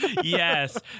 Yes